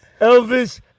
Elvis